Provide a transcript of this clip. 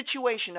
situation